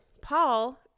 Paul